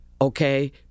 Okay